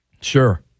Sure